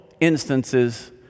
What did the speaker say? instances